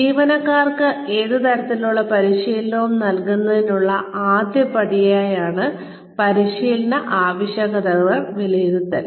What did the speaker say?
ജീവനക്കാർക്ക് ഏത് തരത്തിലുള്ള പരിശീലനവും നൽകുന്നതിനുള്ള ആദ്യപടിയാണ് പരിശീലന ആവശ്യകതകൾ വിലയിരുത്തൽ